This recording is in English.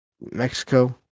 Mexico